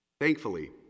Thankfully